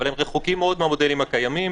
אבל הם רחוקים מאוד מהמודלים הקיימים.